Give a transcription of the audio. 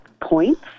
points